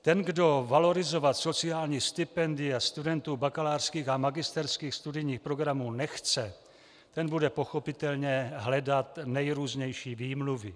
Ten, kdo valorizovat sociální stipendia studentů bakalářských a magisterských studijních programů nechce, ten bude pochopitelně hledat nejrůznější výmluvy.